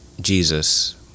Jesus